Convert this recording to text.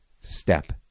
step